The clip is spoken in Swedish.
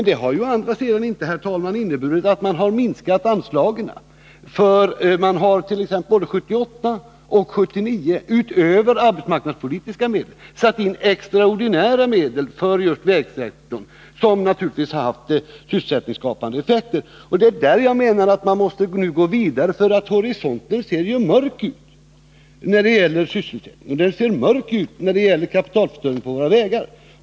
Det har dock inte inneburit att man har minskat anslagen. Man hart.ex. både 1978 och 1979 utöver arbetsmarknadspolitiska medel satt in extraordinära medel just för vägsektorn, vilket naturligtvis har haft sysselsättningsskapande effekter. Jag menar att man måste gå vidare just i det avseendet. Horisonten på sysselsättningsområdet är ju mörk, och detsamma gäller i fråga om kapitalförstöringen på våra vägar.